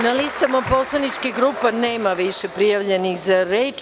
Na listama poslaničkih grupa nema više prijavljenih za reč.